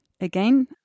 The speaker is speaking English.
again